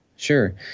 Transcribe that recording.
Sure